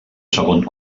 segon